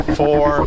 four